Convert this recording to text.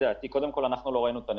קודם כל, לא ראינו את הנתונים.